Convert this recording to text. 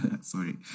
sorry